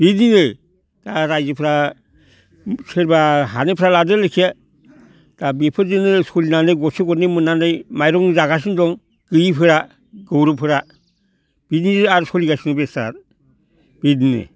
बिदिनो दा रायजोफोरा सोरबा हानायफ्रा लादों लखे दा बेफोरजोंनो सोलिनानै गरसे गरनै मोननानै माइरं जागासिनो दं गैयिफोरा गौर'फोरा बिदिनो आरो सोलिगासिनो बेस्रा बेदिनो